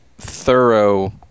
thorough